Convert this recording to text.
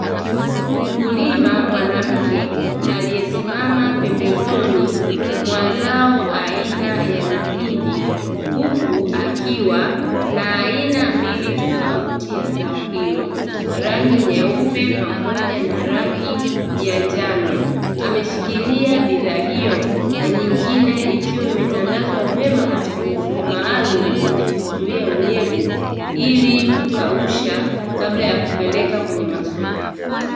Mkulima mwanamke aliyesimama pembezoni mwa zao aina yamahindi, huku akiwa na aina mbili tofauti ya zao hilo, rangi nyeupe pamoja na rangi ya njano; ameshikilia bidhaa hiyo na nyingine ikiwa imetandazwa vyema katika mifuko maalumu yenye kuzuia unyevu ili kukausha kabla ya kupeleka kwenye masoko.